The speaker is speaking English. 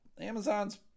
Amazon's